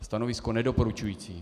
Stanovisko nedoporučující.